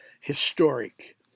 historic